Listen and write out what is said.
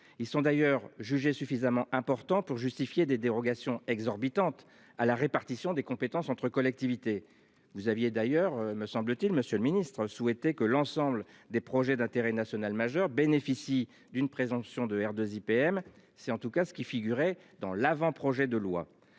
Ils sont d'ailleurs jugés suffisamment important pour justifier des dérogations exorbitante à la répartition des compétences entre collectivités. Vous aviez d'ailleurs me semble-t-il. Monsieur le Ministre souhaiter que l'ensemble des projets d'intérêt national majeur bénéficient d'une présomption de R 2 IPM. C'est en tout cas ce qui figurait dans l'avant-, projet de loi